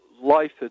life